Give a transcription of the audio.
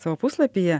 savo puslapyje